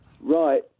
Right